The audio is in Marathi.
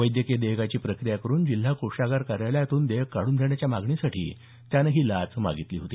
वैद्यकीय देयकाची प्रक्रिया करून जिल्हा कोषागार कार्यालयातून देयक काढून देण्याच्या मागणीसाठी त्यानं ही लाच मागितली होती